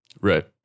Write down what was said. Right